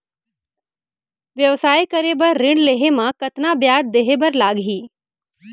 व्यवसाय करे बर ऋण लेहे म कतना ब्याज देहे बर लागही?